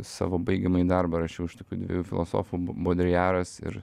savo baigiamąjį darbą rašiau iš tokių dviejų filosofų bodriaras ir